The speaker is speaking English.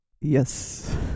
yes